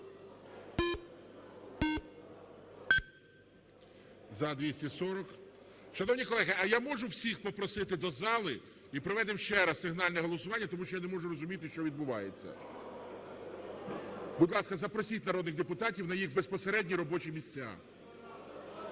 За-240 Шановні колеги, а я можу всіх попросити до зали і проведемо ще раз сигнальне голосування, тому що я не можу зрозуміти, що відбувається. Будь ласка, запросіть народних депутатів на їх безпосередні робочі місця.